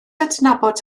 adnabod